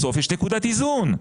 בסוף יש נקודת איזון.